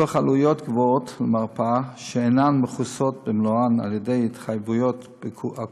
בעלויות גבוהות למרפאה שאינן מכוסות במלואן על ידי התחייבויות הקופות,